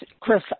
Chris